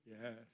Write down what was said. Yes